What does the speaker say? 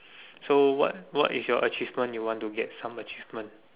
so what what is your achievement you want to get some achievement